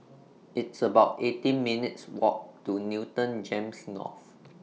It's about eighteen minutes' Walk to Newton Gems North